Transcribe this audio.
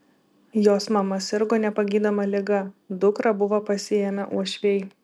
jos mama sirgo nepagydoma liga dukrą buvo pasiėmę uošviai